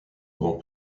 grands